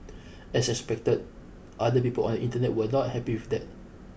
as expected other people on the Internet were not happy with that